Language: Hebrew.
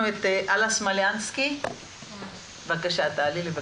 אלה סמלנסקי בבקשה.